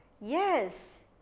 Yes